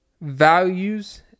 values